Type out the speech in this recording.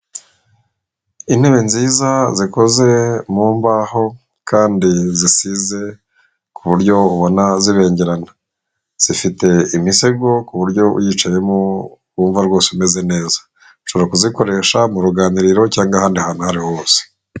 Intebe nziza zikoze mu mbaho kandi zisize ku buryo ubona zibengerana, zifite imisego ku buryo uyicayemo wumva rwose umeze neza; ushobora kuzikoresha mu ruganiriro cyangwa ahandi hantu aho ari hose.